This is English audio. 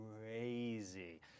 crazy